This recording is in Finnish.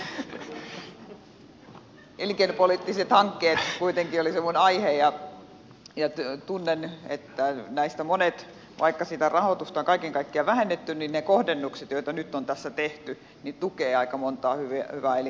elinkeinopoliittiset hankkeet kuitenkin olivat se minun aiheeni ja tunnen että vaikka sitä rahoitusta on kaiken kaikkiaan vähennetty niin ne kohdennukset joita nyt on tässä tehty tukevat aika montaa hyvää elinkeinopoliittista hanketta